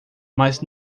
mas